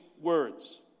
words